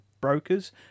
Brokers